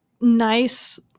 nice